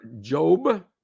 Job